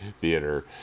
theater